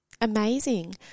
amazing